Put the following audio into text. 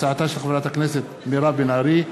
הצעתה של חברת הכנסת מירב בן ארי,